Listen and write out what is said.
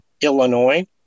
Illinois